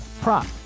prop